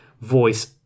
voice